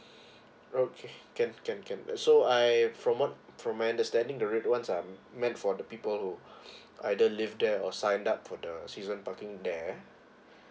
okay can can can uh so I'd from what from my understanding the red ones are meant for the people who either live there or sign up for the season parking there